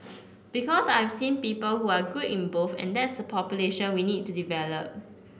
because I've seen people who are good in both and that's the population we need to develop